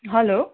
hello